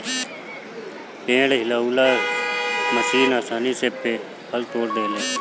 पेड़ हिलौना मशीन आसानी से फल तोड़ देले